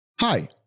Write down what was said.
Hi